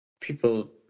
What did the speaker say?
people